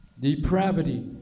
depravity